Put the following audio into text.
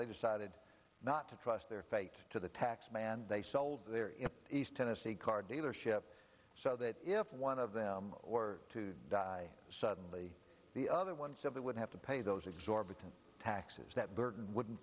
they decided not to trust their fate to the tax man they sold there in east tennessee car dealership so that if one of them were to die suddenly the other one said they would have to pay those exorbitant taxes that burden wouldn't